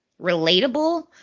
relatable